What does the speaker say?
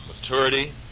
Maturity